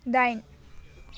दाइन